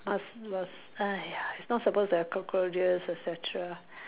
must must !aiya! it's not supposed to have cockroaches et cetera